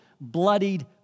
bloodied